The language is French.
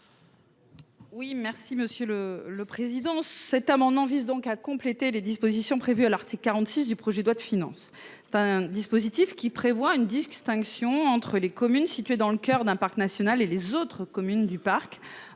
Oui, merci Monsieur le le président, cet amendement vise donc à compléter les dispositions prévues à l'article 46 du projet de loi de finance, un dispositif qui prévoit une distinction entre les communes situées dans le coeur d'un parc national et les autres communes du parc,